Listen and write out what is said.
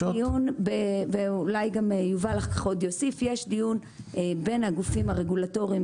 יש דיון ואולי יובל עוד יוסיף יש דיון בין הגופים הרגולטוריים,